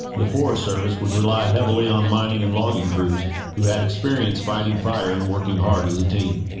the forest service would rely heavily on mining and logging crews who had experience fighting fire and working hard as a team